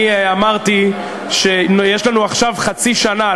אני אמרתי שיש לנו עכשיו חצי שנה,